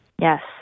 Yes